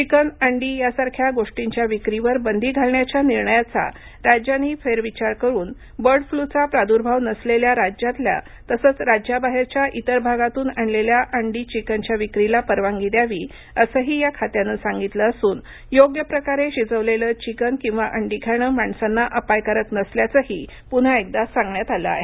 chicken अंडी यासारख्या गोष्टींच्या विक्रीवर बंदी घालण्याच्या निर्णयाचा राज्यांनी फेरविचार करून बर्ड फ्लूचा प्रादूर्भाव नसलेल्या राज्यातल्या तसंच राज्याबाहेरच्या इतर भागातून आणलेल्या अंडी चिकनच्या विक्रीला परवानगी द्यावी असंही या खात्यानं सांगितलं असून योग्य प्रकारे शिजवलेलं चिकन किंवा अंडी खाणं माणसांना अपायकारक नसल्याचंही पुन्हा सांगण्यात आलं आहे